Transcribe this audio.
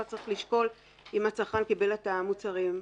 צריך לשקול אם הצרכן קיבל את המוצרים.